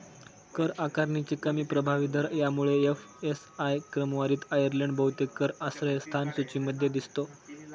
कर आकारणीचे कमी प्रभावी दर यामुळे एफ.एस.आय क्रमवारीत आयर्लंड बहुतेक कर आश्रयस्थान सूचीमध्ये दिसतो